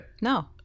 No